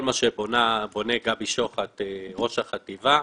כל מה שבונה גבי שוחט, ראש החטיבה,